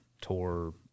tour